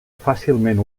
fàcilment